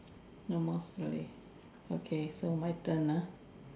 no more story okay so my turn ah